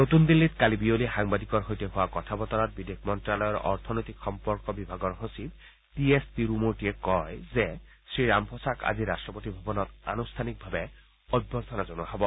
নতূন দিল্লীত কালি বিয়লি সাংবাদিকৰ সৈতে হোৱা কথা বতৰাত বিদেশ মন্ত্ৰ্যালয়ৰ অৰ্থনৈতিক সম্পৰ্ক বিভাগৰ সচিব টি এছ তিৰুমূৰ্তিয়ে কয় যে শ্ৰী ৰামফোছাক কাইলৈ ৰাট্টপতি ভৱনত আনুষ্ঠানিকভাৱে অভ্যৰ্থনা জনোৱা হ'ব